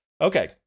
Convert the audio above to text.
Okay